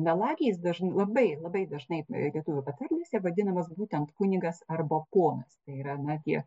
melagiais dažnai labai labai dažnai lietuvių patarlėse vadinamas būtent kunigas arba ponas tai yra na tie